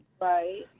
Right